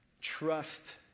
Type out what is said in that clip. trust